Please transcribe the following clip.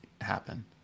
happen